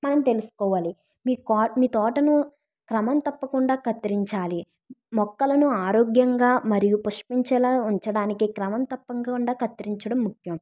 మనం తెలుసుకోవాలి మీ కోట మీ తోటను క్రమం తప్పకుండా కత్తిరించాలి మొక్కలను ఆరోగ్యంగా మరియు పుష్పించేలా ఉంచడానికి క్రమం తప్పకుండా కత్తిరించడం ముఖ్యం